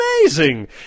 amazing